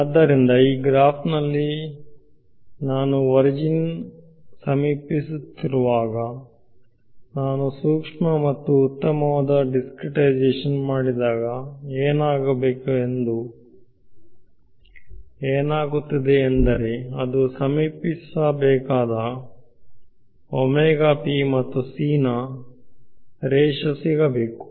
ಆದ್ದರಿಂದ ಈ ಗ್ರಾಫ್ನಲ್ಲಿ ನಾನು ಒರಿಜಿನ ಸಮೀಪಿಸುತ್ತಿರುವಾಗ ನಾನು ಸೂಕ್ಷ್ಮ ಮತ್ತು ಉತ್ತಮವಾದ ದಿಸ್ಕ್ರೀಟ್ಐಸ್ಶನ್ ಮಾಡಿದಾಗ ಏನಾಗಬೇಕು ಎಂದು ಏನಾಗುತ್ತದೆಯೆಂದರೆ ಅದು ಸಮೀಪಿಸಬೇಕಾದ ಮತ್ತು c ನ ಅನುಪಾತ ಸಿಗಬೇಕು